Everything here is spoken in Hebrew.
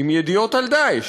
עם ידיעות על "דאעש".